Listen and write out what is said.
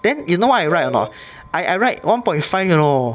then you know what I write or not I write one point five you know